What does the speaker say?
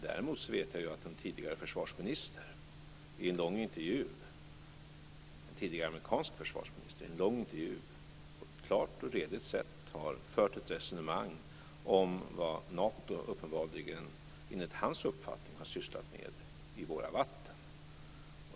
Däremot vet jag att en tidigare amerikansk försvarsminister i en lång intervju på ett klart och redigt sätt har fört ett resonemang om vad Nato, enligt hans uppfattning, har sysslat med i våra vatten.